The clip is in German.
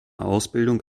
ausbildung